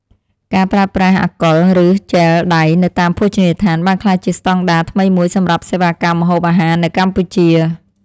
ការប្រើប្រាស់អាល់កុលឬជែលលាងដៃនៅតាមភោជនីយដ្ឋាន បានក្លាយជាស្តង់ដារថ្មីមួយសម្រាប់សេវាកម្មម្ហូបអាហារនៅកម្ពុជា។